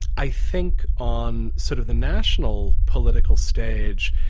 i think on sort of the national political stage,